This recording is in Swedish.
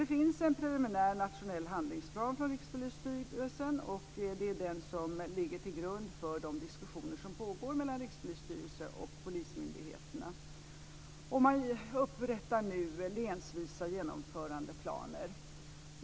Det finns en preliminär nationell handlingsplan från Rikspolisstyrelsen, och det är den som ligger till grund för de diskussioner som pågår mellan Rikspolisstyrelsen och polismyndigheterna. Man upprättar nu länsvisa genomförandeplaner.